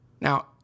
Now